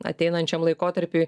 ateinančiam laikotarpiui